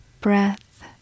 breath